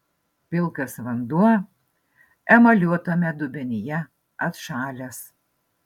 pilkas vanduo emaliuotame dubenyje atšalęs